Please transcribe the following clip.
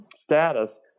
Status